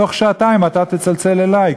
בתוך שעתיים אתה תצלצל אלי,